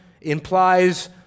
implies